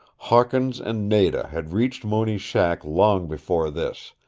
hawkins and nada had reached mooney's shack long before this,